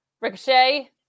Ricochet